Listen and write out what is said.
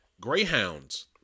Greyhounds